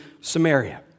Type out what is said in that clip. Samaria